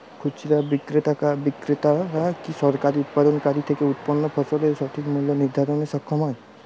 খুচরা বিক্রেতারা কী সরাসরি উৎপাদনকারী থেকে উৎপন্ন ফসলের সঠিক মূল্য নির্ধারণে সক্ষম হয়?